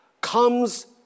comes